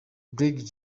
brig